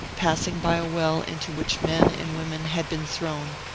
passing by a well into which men and women had been thrown,